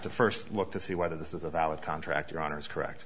to first look to see whether this is a valid contract or honor is correct